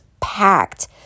packed